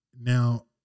Now